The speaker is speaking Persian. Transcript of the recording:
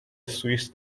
سوئیس